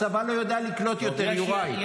הצבא לא יודע לקלוט יותר, יוראי.